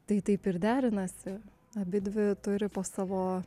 tai taip ir derinasi abidvi turi po savo